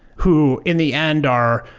who in the end are